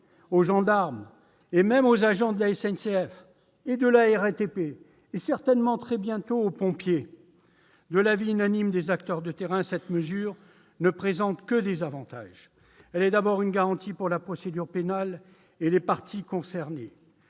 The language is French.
les gendarmes, même les agents de la SNCF et de la RATP, et certainement, très bientôt, les pompiers. De l'avis unanime des acteurs de terrain, cette mesure ne présente que des avantages. Elle est d'abord une garantie pour la procédure pénale et les parties concernées.